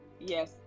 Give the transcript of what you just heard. yes